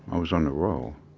i was on the row.